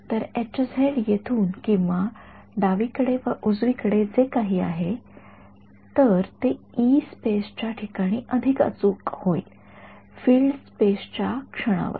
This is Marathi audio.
तर येथून किंवा डावीकडे व उजवीकडे जे काही आहे तर ते स्पेसच्या ठिकाणी अधिक अचूक होईल फील्ड स्पेसच्या क्षणावर